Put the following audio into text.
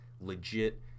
legit